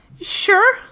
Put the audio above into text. Sure